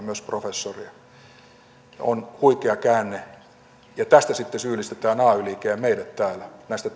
myös professoria on huikea käänne ja tästä sitten syyllistetään ay liike ja meidät täällä näistä